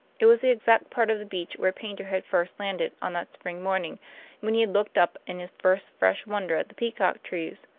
it was the exact part of the beach where paynter had first landed, on that spring morning when he had looked up in his first fresh wonder at the peacock trees.